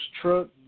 Truck